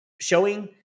showing